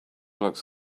looks